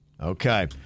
okay